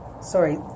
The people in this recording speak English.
sorry